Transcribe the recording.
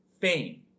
fame